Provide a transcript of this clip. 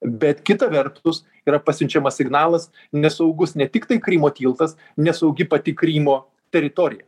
bet kita vertus yra pasiunčiamas signalas nesaugus ne tik tai krymo tiltas nesaugi pati krymo teritorija